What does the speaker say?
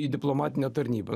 į diplomatinę tarnybą